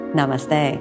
Namaste